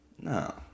No